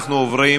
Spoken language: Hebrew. אנחנו עוברים